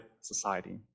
society